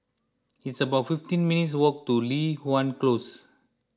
it's about fifteen minutes' walk to Li Hwan Close